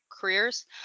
careers